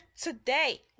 today